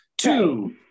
two